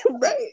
Right